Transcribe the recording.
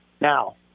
Now